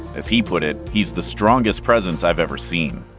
as he put it, he's the strongest presence i've ever seen.